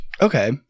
Okay